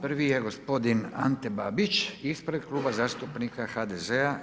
Prvi je gospodin Ante Babić ispred Kluba zastupnika HDZ-a.